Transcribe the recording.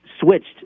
switched